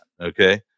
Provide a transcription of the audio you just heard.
Okay